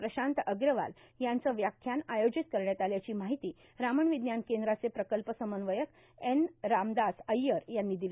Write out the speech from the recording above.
प्रशांत अग्रवाल यांचं व्याख्यान आयोजित करण्यात आल्याची माहिती रामन विज्ञान केंद्राचे प्रकल्प समन्वयक एन रामदास अय्यर यांनी दिली